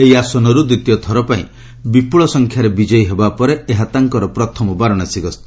ଏହି ଆସନରୁ ଦ୍ୱିତୀୟ ଥରପାଇଁ ବିପୁଳ ସଂଖ୍ୟାରେ ବିଜୟୀ ହେବା ପରେ ଏହା ତାଙ୍କର ପ୍ରଥମ ବାରାଣସୀ ଗସ୍ତ